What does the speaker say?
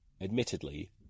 Admittedly